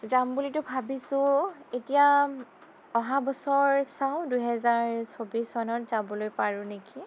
যাম বুলিতো ভাবিছোঁ এতিয়া অহা বছৰ চাওঁ দুহেজাৰ চৌব্বিছ চনত যাবলৈ পাৰোঁ নেকি